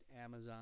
Amazon